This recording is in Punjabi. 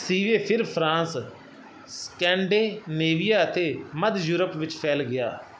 ਸੀਵੇ ਫਿਰ ਫਰਾਂਸ ਸਕੈਂਡੇਨੇਵੀਆ ਅਤੇ ਮੱਧ ਯੂਰਪ ਵਿੱਚ ਫੈਲ ਗਿਆ